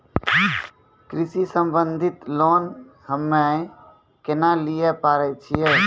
कृषि संबंधित लोन हम्मय केना लिये पारे छियै?